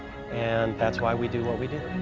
and that's why we do what we do!